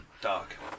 Dark